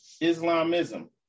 Islamism